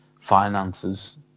finances